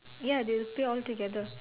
ya they will pay all together